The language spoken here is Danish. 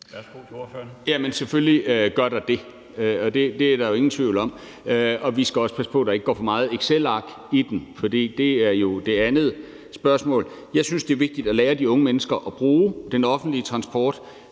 Hansen (KF): Jamen selvfølgelig gør der det. Det er der ingen tvivl om, og vi skal også passe på, at der ikke går for meget excelark i den, for det er jo det andet spørgsmål. Jeg synes, det er vigtigt at lære de unge mennesker at bruge den offentlige transport.